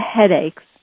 headaches